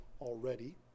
already